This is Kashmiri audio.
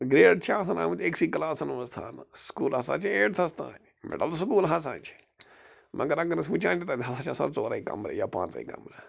گیٹ چھِ آسان آمِتۍ أکۍسٕے کٕلاسَن منٛز تھاونہٕ سکوٗل ہَسا چھِ ایٚٹتَھس تانۍ مِڈل سکوٗل ہَسا چھِ مگر اگر أسۍ وُچھان چھِ تَتہِ ہَسا چھِ آسان ژورے کمرٕ یا پٲنٛژے کمرٕ